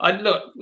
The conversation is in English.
Look